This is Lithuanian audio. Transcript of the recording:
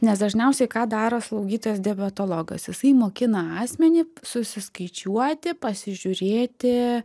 nes dažniausiai ką daro slaugytojas diabetologas jisai mokina asmenį susiskaičiuoti pasižiūrėti